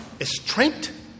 strength